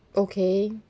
okay